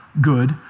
good